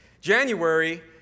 January